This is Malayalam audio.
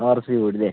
ആർസി വീട് ഇല്ലെ